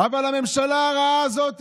אבל הממשלה הרעה הזאת